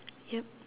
yup